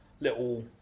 little